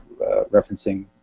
referencing